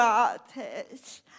artists